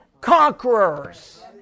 conquerors